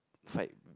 side